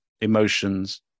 emotions